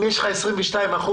אם יש לך 22 אחוזים